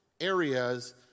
areas